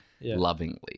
lovingly